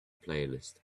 playlist